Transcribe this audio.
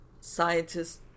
scientists